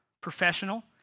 professional